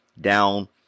down